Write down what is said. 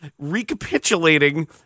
recapitulating